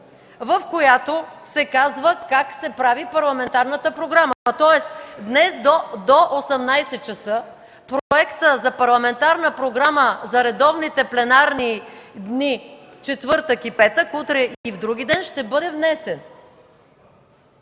в която се казва как се прави парламентарната програма. Тоест днес до 18,00 ч. Проектът за парламентарна програма за редовните пленарни дни – четвъртък и петък – утре и вдругиден, ще бъде внесен.